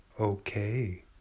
Okay